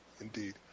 Indeed